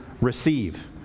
receive